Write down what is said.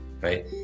right